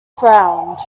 frowned